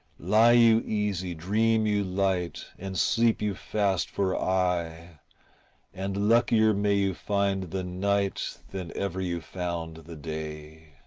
lie you easy, dream you light, and sleep you fast for aye and luckier may you find the night than ever you found the day.